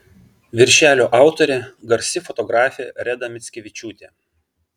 viršelio autorė garsi fotografė reda mickevičiūtė